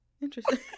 interesting